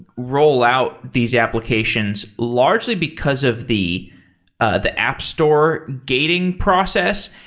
rollout these applications largely because of the ah the app store gating process.